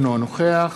אינו נוכח